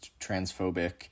transphobic